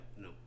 no